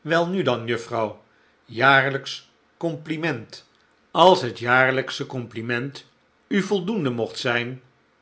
welnu dan juffrouw jaarlijksch compliment als hetzelfde jaarlijksche compliment u voldoende mocht zijn